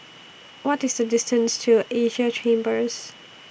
What IS The distance to Asia Chambers